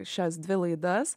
šias dvi laidas